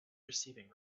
receiving